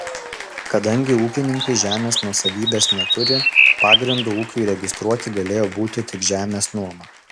kadangi ūkininkai žemės nuosavybės neturi pagrindu ūkiui registruoti galėjo būti tik žemės nuoma